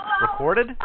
Recorded